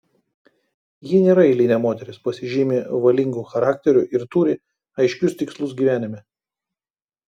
ji nėra eilinė moteris pasižymi valingu charakteriu ir turi aiškius tikslus gyvenime